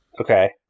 okay